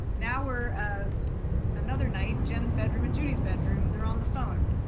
now we're ah another night jen's bedroom and judy's bedroom, they're on the phone.